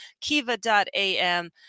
kiva.am